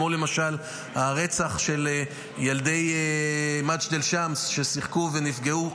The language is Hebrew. כמו למשל הרצח של ילדי מג'דל שמס ששיחקו ונפגעו.